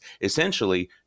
Essentially